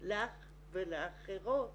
לך ולאחרות